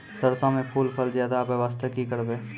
सरसों म फूल फल ज्यादा आबै बास्ते कि करबै?